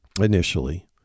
initially